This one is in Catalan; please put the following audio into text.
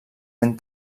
ben